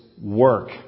work